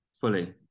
fully